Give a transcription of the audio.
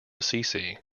assisi